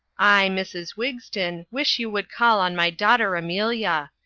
i, mrs. wigston wish you would call on my daughter amelia.